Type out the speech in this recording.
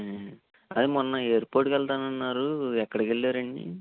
అదే మొన్న ఎయిర్పోర్ట్కి వెళ్తానన్నారు ఎక్కడికి వెళ్ళారండి